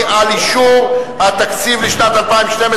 נצביע אלקטרונית על אישור סעיף 10 בתקציב שנת 2012,